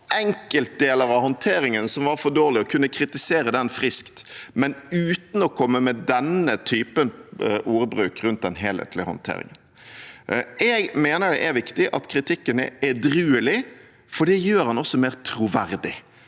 pekte på enkeltdeler av håndteringen som var for dårlig, og kunne kritisere den friskt, men uten å komme med denne typen ordbruk rundt den helhetlige håndteringen. Jeg mener det er viktig at kritikken er edruelig, for det gjør den også mer troverdig.